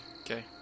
Okay